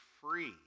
free